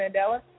Mandela